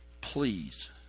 please